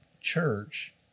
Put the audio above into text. church